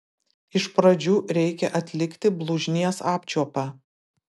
iš pradžių reikia atlikti blužnies apčiuopą